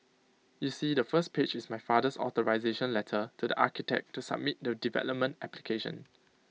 you see the first page is my father's authorisation letter to the architect to submit the development application